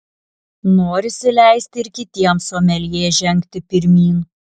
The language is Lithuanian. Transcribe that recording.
norisi leisti ir kitiems someljė žengti pirmyn